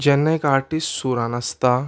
जेन्ना एक आर्टिस्ट सुरान आसता